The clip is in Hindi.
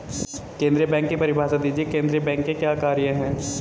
केंद्रीय बैंक की परिभाषा दीजिए केंद्रीय बैंक के क्या कार्य हैं?